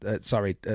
sorry